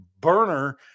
burner